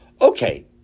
Okay